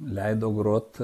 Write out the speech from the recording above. leido grot